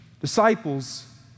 disciples